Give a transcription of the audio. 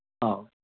ꯑꯧ